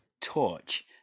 torch